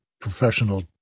professional